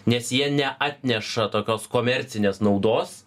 nes jie neatneša tokios komercinės naudos